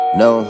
no